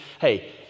hey